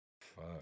Fuck